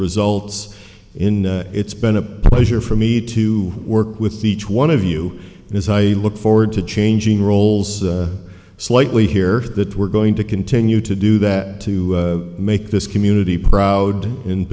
results in it's been a pleasure for me to work with each one of you as i look forward to changing roles slightly here that we're going to continue to do that to make this community proud and